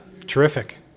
Terrific